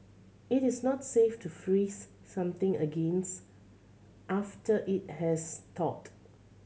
it is not safe to freeze something against after it has thawed